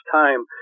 time